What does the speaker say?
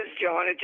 John